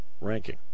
ranking